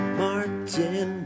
Martin